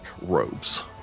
robes